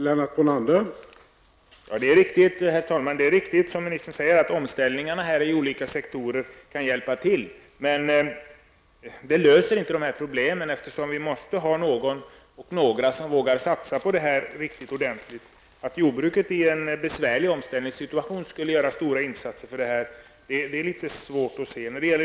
Herr talman! Det är riktigt som miljöministern säger att omställningarna i olika sektorer kan vara till hjälp. Men de löser inte problemen. Vi måste ha någon eller några som vågar satsa ordentligt. Det är litet svårt att se att jordbruket, som är i en besvärlig omställningssituation, skulle kunna göra stora insatser.